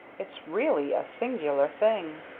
it's really a singular thing!